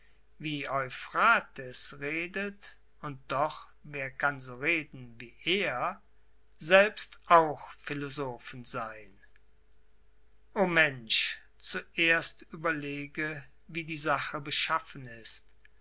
und doch wer kann so reden wie er selbst auch philosophen sein o mensch zuerst überlege wie die sache beschaffen ist